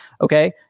Okay